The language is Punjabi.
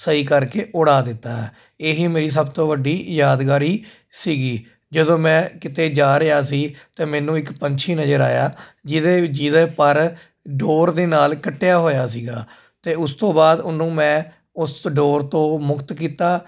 ਸਹੀ ਕਰਕੇ ਉਡਾ ਦਿੱਤਾ ਇਹ ਮੇਰੀ ਸਭ ਤੋਂ ਵੱਡੀ ਯਾਦਗਾਰੀ ਸੀਗੀ ਜਦੋਂ ਮੈਂ ਕਿਤੇ ਜਾ ਰਿਹਾ ਸੀ ਅਤੇ ਮੈਨੂੰ ਇੱਕ ਪੰਛੀ ਨਜ਼ਰ ਆਇਆ ਜਿਹਦੇ ਜਿਹਦੇ ਪਰ ਡੋਰ ਦੇ ਨਾਲ ਕੱਟਿਆ ਹੋਇਆ ਸੀਗਾ ਅਤੇ ਉਸ ਤੋਂ ਬਾਅਦ ਉਹਨੂੰ ਮੈਂ ਉਸ ਡੋਰ ਤੋਂ ਮੁਕਤ ਕੀਤਾ